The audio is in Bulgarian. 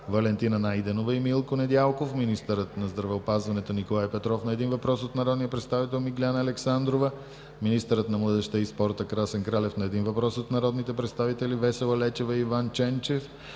Валентина Найденова и Милко Недялков; - министърът на здравеопазването Николай Петров – на един въпрос от народния представител Миглена Александрова; - министърът на младежта и спорта Красен Кралев – на един въпрос от народните представители Весела Лечева и Иван Ченчев.